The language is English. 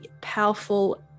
powerful